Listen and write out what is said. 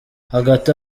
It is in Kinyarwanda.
hagati